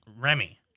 Remy